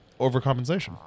overcompensation